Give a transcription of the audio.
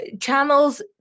channels